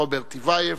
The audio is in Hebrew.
רוברט טיבייב,